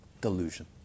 Delusion